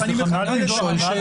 אני שואל שאלה.